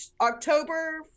october